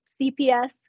CPS